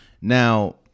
Now